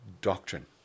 doctrine